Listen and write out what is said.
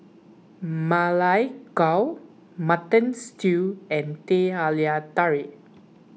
Ma Lai Gao Mutton Stew and Teh Halia Tarik